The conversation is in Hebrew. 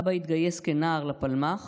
אבא התגייס כנער לפלמ"ח